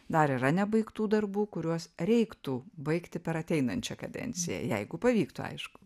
dar yra nebaigtų darbų kuriuos reiktų baigti per ateinančią kadenciją jeigu pavyktų aišku